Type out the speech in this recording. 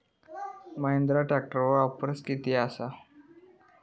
महिंद्रा ट्रॅकटरवर ऑफर किती आसा?